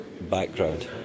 background